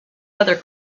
other